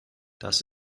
das